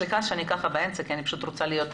סליחה שזה באמצע כי אני פשוט רוצה להיות החלטית.